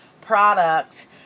product